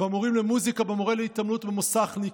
במורים למוזיקה, במורה להתעמלות, במוסכניק,